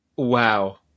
wow